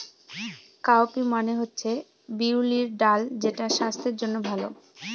cowpea মানে হচ্ছে বিউলির ডাল যেটা স্বাস্থ্যের জন্য ভালো